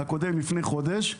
לפני חודש.